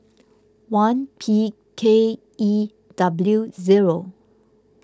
one P K E W zero